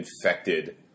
infected